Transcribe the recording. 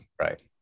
Right